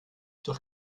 durch